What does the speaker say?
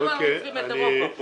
למה אנחנו צריכים את אירופה פה?